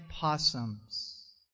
possums